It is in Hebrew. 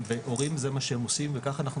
והורים זה מה שהם עושים וככה בעצם אנחנו